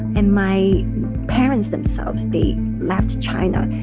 and my parents, themselves, they left china,